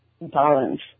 balance